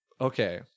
okay